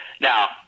Now